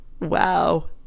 wow